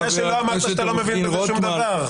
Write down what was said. חבר הכנסת עו"ד רוטמן.